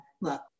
look